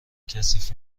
کثیف